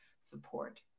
support